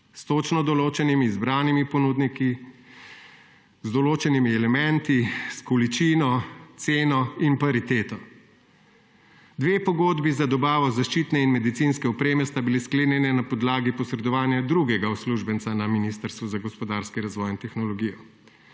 s točno določenimi izbranimi ponudniki, z določenimi elementi, s količino, ceno in pariteto. Dve pogodbi za dobavo zaščitne in medicinske opreme sta bili sklenjeni na podlagi posredovanja drugega uslužbenca na Ministrstvu za gospodarski razvoj in tehnologijo.